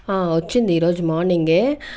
వచ్చింది ఈ రోజు మార్నింగ్ ఏ